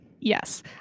Yes